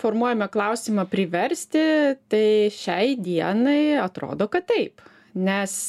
formuojame klausimą priversti tai šiai dienai atrodo kad taip nes